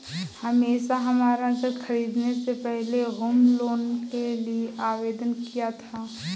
हमने हमारा घर खरीदने से पहले होम लोन के लिए आवेदन किया था